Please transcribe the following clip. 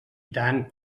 tant